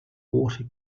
water